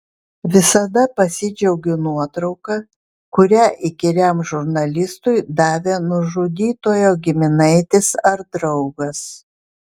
visada pasidžiaugiu nuotrauka kurią įkyriam žurnalistui davė nužudytojo giminaitis ar draugas